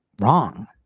wrong